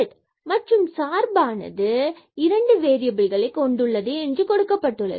மேலும் இது சார்பானது இரண்டு வேறியபில்களை கொண்டுள்ளது என்று கொடுக்கப்பட்டுள்ளது